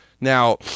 Now